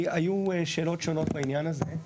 כי היו שאלות שונות בעניין הזה.